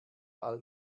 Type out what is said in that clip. all